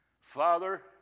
Father